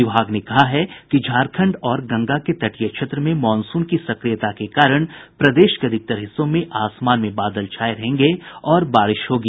विभाग ने कहा है कि झारखंड और गंगा के तटीय क्षेत्र में मॉनसून की सक्रियता के कारण प्रदेश के अधिकतर हिस्सों में आसमान में बादल छाये रहेंगे और बारिश होगी